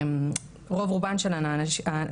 רוב רובן של הנשים הללו,